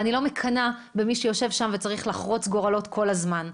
ואני לא מקנאה במי שיושב שם וצריך לחרוץ גורלות כל הזמן.